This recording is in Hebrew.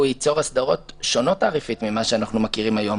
ייצור הסדרות שונות תעריפית ממה שאנחנו מכירים היום.